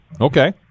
Okay